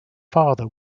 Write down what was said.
father